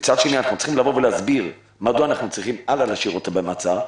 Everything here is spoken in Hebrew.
מצד שני צריכים לבוא ולהסביר מדוע צריך להשאיר אותו הלאה במעצר.